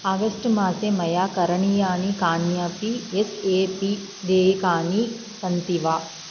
August मासे मया करणीयानि कान्यपि एस् ए पी देयकानि सन्ति वा